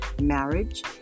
marriage